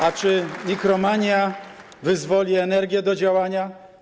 A czy mikromania wyzwoli energię do działania?